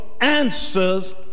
answers